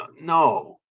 No